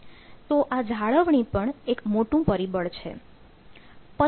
તો આ જાળવણી પણ એક મોટું પરિબળ છે